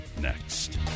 next